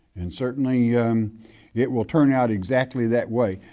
and certainly it will turn out exactly that way.